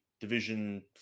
division